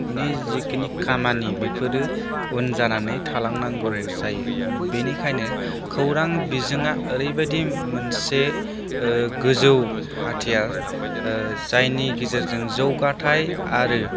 नि जिखिनि खामानि बिफोरो उन जानानै थालांनांगौ जायो बिनिखायनो खौरां बिजोङा ओरैबायदि मोनसे गोजौ हाथियार जायनि गेजेरजों जौगाथाय आरो